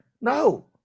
No